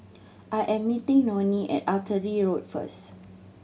I am meeting Nonie at Artillery Road first